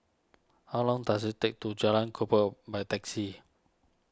how long does it take to Jalan Kukoh by taxi